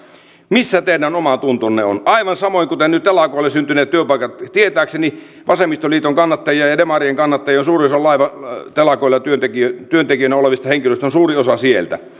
missä teidän omatuntonne on aivan samoin kuten nyt telakoille syntyneet työpaikat tietääkseni vasemmistoliiton kannattajia ja demarien kannattajia on suurin osa laivatelakoilla työntekijöinä työntekijöinä olevista henkilöistä on suurin osa sieltä